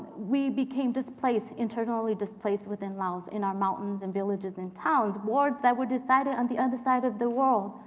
we became displaced internally displaced within laos, in our mountains and villages and towns, wars that were decided on the other side of the world,